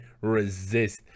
resist